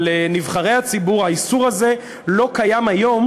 על נבחרי הציבור האיסור הזה לא קיים היום,